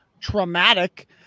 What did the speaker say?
traumatic